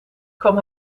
kwam